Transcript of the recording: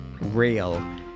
real